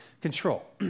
control